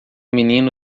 menino